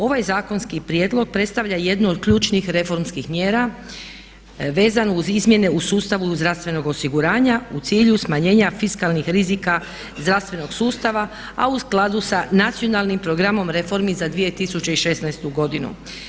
Ovaj zakonski prijedlog predstavlja jednu od ključnih reformskih mjera vezanu uz izmjene u sustavu zdravstvenog osiguranja u cilju smanjenja fiskalnih rizika zdravstvenog sustava, a u skladu sa Nacionalnim programom reformi za 2016. godinu.